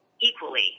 equally